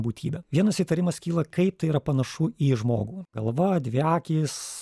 būtybę vienas įtarimas kyla kaip tai yra panašu į žmogų galva dvi akys